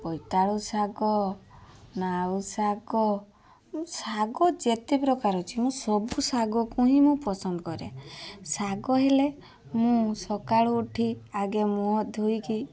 ବୋଇତାଳୁ ଶାଗ ନାଉ ଶାଗ ଶାଗ ଯେତେ ପ୍ରକାର ର ଅଛି ମୁଁ ସବୁ ଶାଗ କୁ ହିଁ ମୁଁ ପସନ୍ଦ କରେ ଶାଗ ହେଲେ ମୁଁ ସକାଳୁ ଉଠି ଆଗ ମୁହଁ ଧୋଇକି